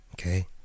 Okay